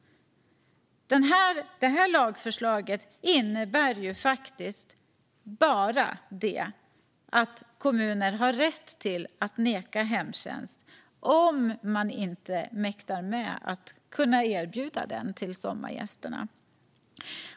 Detta lagförslag innebär faktiskt bara att kommuner har rätt att neka hemtjänst om de inte mäktar med att erbjuda den till sommargästerna.